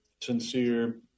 sincere